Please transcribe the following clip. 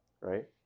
right